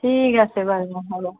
ঠিক আছে বাৰু হ'ব